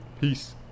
Peace